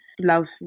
Love